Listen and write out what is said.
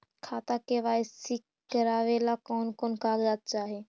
खाता के के.वाई.सी करावेला कौन कौन कागजात चाही?